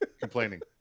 complaining